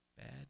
Bad